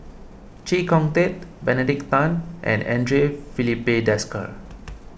Chee Kong Tet Benedict Tan and andre Filipe Desker